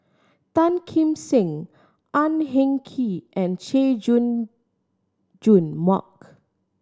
Tan Kim Seng Ang Hin Kee and Chay Jung Jun Mark